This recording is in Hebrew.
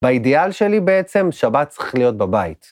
באידיאל שלי בעצם שבת צריך להיות בבית.